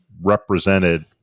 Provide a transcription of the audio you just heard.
represented